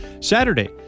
Saturday